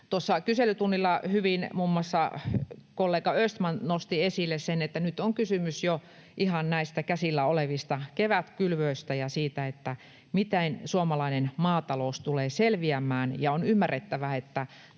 kyselytunnilla hyvin muun muassa kollega Östman nosti esille sen, että nyt on kysymys jo ihan näistä käsillä olevista kevätkylvöistä ja siitä, miten suomalainen maatalous tulee selviämään, ja on ymmärrettävää, että